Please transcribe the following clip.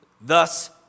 thus